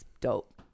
dope